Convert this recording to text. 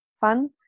fun